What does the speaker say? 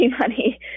money